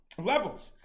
levels